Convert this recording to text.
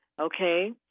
okay